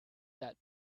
that